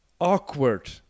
awkward